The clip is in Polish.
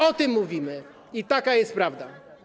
O tym mówimy, taka jest prawda.